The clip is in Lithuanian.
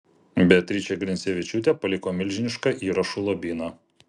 beatričė grincevičiūtė paliko milžinišką įrašų lobyną